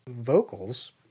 vocals